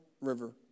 River